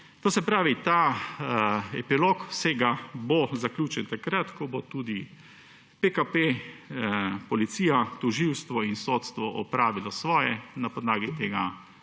nekaj več. Epilog vsega bo zaključen takrat, ko bodo tudi KPK, policija, tožilstvo in sodstvo opravili svoje na podlagi tega